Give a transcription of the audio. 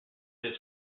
his